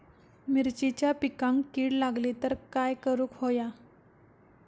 मिरचीच्या पिकांक कीड लागली तर काय करुक होया?